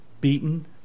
beaten